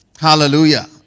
Hallelujah